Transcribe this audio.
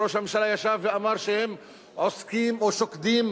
וראש הממשלה ישב ואמר שהם עוסקים או שוקדים